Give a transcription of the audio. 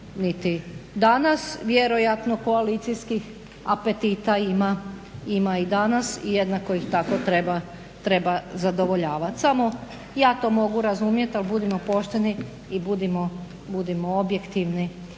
niti danas. Vjerojatno koalicijskih apetita ima i danas i jednako ih tako treba zadovoljavati. Samo ja to mogu razumjeti ali budimo pošteni i budimo objektivni